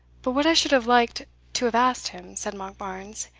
but what i should have liked to have asked him, said monkbarns,